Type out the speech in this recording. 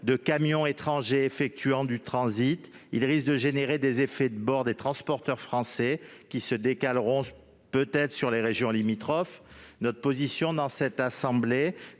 de camions étrangers effectuant du transit, il risque de susciter des effets de bord des transporteurs français, qui se décaleront peut-être sur les régions limitrophes. La position de cette assemblée